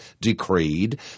decreed